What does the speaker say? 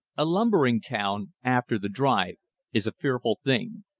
a lumbering town after the drive is a fearful thing.